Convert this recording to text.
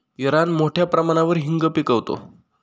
Iran मोठ्या प्रमाणावर हिंग पिकवतो